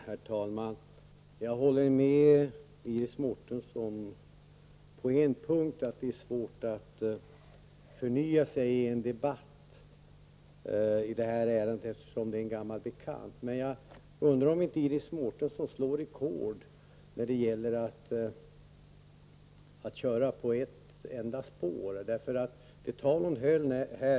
Herr talman! Jag håller med Iris Mårtensson på en punkt, att det är svårt att förnya sig i en debatt i det här ämnet, eftersom det är en gammal bekant. Men jag undrar om inte Iris Mårtensson slår rekord när det gäller att köra på ett enda spår.